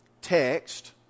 text